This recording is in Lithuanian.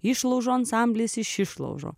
išlaužų ansamblis iš išlaužų